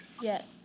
Yes